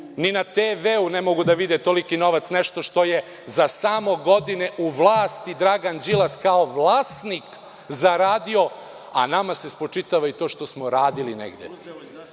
Ni na TV ne mogu da vide toliki novac, nešto što je za samo godine u vlasti Dragan Đilas kao vlasnik zaradio, a nama se spočitava i to što smo radili negde. Šta